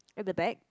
at the back